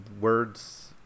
words